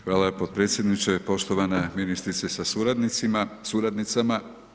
Hvala potpredsjedniče, poštovana ministrice sa suradnicima, suradnicama.